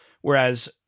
Whereas